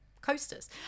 coasters